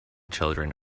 children